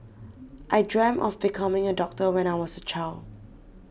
I dreamt of becoming a doctor when I was a child